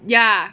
ya